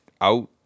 Out